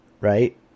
right